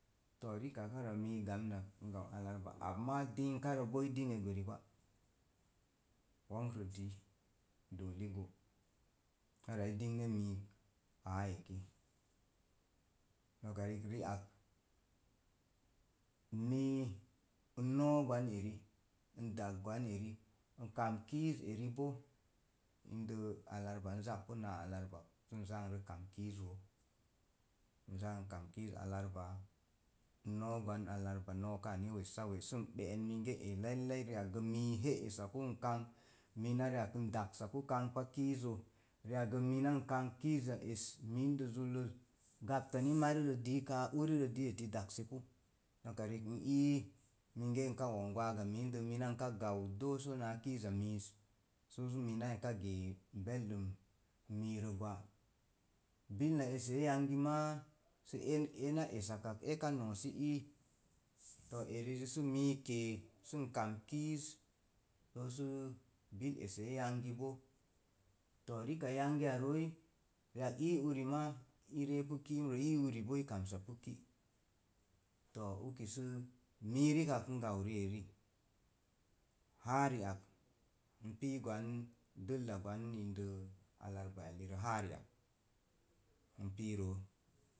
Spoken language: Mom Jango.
To̱o̱ rikak ara mii dajamnan alarba ama dingkarə bo i dinŋe gweri-gwa. Wo̱nkrə dii dooli go arāā i dinŋe miik āā eki noka riik ri ak mii n no̱o̱ gwan eri n dag gwan eri n kam kizz gwan eri bo, inde alarba n zappi naa alarbak n āā n rə kam kiiz roo n zaa n kam kiiz alarba, n no̱o̱ gwan alarba, no̱o̱ kāā ni gwan mige e lailai mi n heisapu n kang mina riak n daksapu kanba kiiz zo riakgə mina n kang kiiza mində zulloz, gapta ni mariəə diit kāā uri rə dii eti daksepu. Nokariik n ii nka wo̱m gwaaga mində zallək. Mina nka gau dooso naa kiiza miiz. Soso mina nka gee bilna esse̱e̱ yangi ma sə una essakak eki no̱o̱si ii to̱o̱ erizi sə min ke̱e̱ sə n kam kiiz soo su bil ese̱e̱ yangi bo to̱o̱ rikak yangiya rooi riaka ii uri ma i reepu kiimre ii uribo i kamsa pu ki. To̱o̱ uki sə mi riak n gau rieri haa ri ak npu gwan inde̱ dəlla gwan ində alarba ellirə haa g riak npii roo